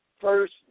first